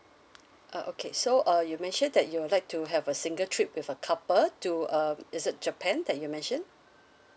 oh okay so uh you mentioned that you would like to have a single trip with a couple to um is it japan that you mentioned